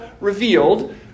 revealed